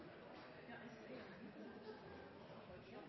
Ja, i